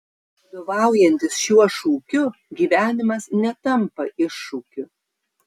vadovaujantis šiuo šūkiu gyvenimas netampa iššūkiu